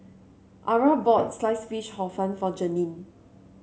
Arah bought Sliced Fish Hor Fun for Janene